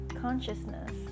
consciousness